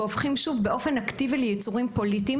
והופכים שוב באופן אקטיבי ליצורים פוליטיים